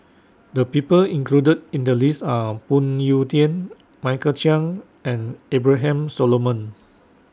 The People included in The list Are Phoon Yew Tien Michael Chiang and Abraham Solomon